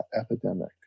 epidemic